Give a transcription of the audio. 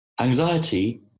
Anxiety